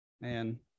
Man